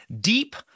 deep